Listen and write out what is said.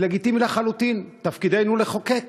וזה לגיטימי לחלוטין, תפקידנו לחוקק.